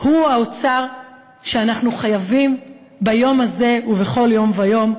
הוא האוצר שאנחנו חייבים ביום הזה, ובכל יום ויום,